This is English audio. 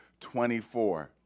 24